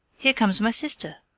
here comes my sister!